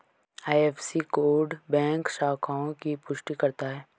IFSC code bank शाखाओं की पुष्टि करता है